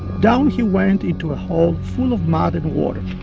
down he went into a hole full of mud and water